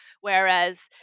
whereas